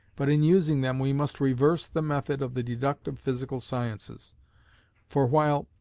but in using them we must reverse the method of the deductive physical sciences for while,